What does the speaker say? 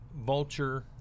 vulture